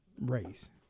race